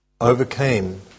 overcame